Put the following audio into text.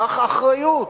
קח אחריות,